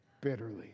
bitterly